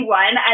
one